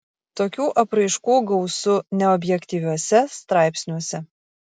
tokių apraiškų gausu neobjektyviuose straipsniuose